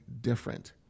different